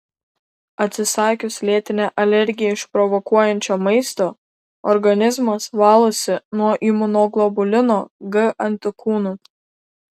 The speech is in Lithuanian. atsisakius lėtinę alergiją išprovokuojančio maisto organizmas valosi nuo imunoglobulino g antikūnų